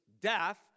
death